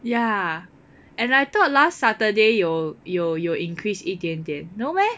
ya and I thought last Saturday 有有有 increase 一点点 no meh